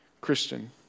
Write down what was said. Christian